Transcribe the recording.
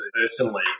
personally